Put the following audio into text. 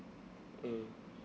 mm